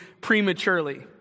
prematurely